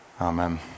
Amen